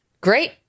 Great